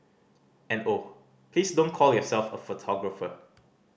and oh please don't call yourself a photographer